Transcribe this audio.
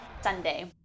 Sunday